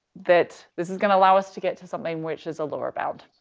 that this is going to allow us to get to something which is a lower bound,